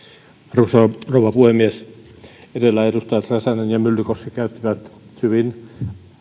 arvoisa rouva puhemies edellä edustajat räsänen ja myllykoski käyttivät hyvin